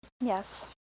Yes